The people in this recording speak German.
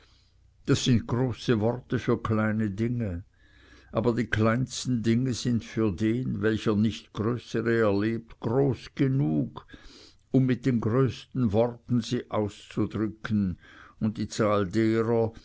das sind große worte für kleine dinge aber die kleinsten dinge sind für den welcher nicht größere erlebt groß genug um mit den größten worten sie auszudrücken und die zahl derer